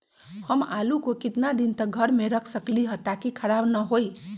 हम आलु को कितना दिन तक घर मे रख सकली ह ताकि खराब न होई?